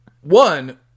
One